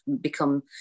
become